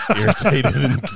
irritated